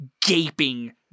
gaping